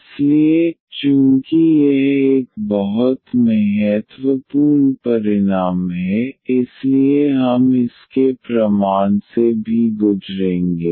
इसलिए चूंकि यह एक बहुत महत्वपूर्ण परिणाम है इसलिए हम इसके प्रमाण से भी गुजरेंगे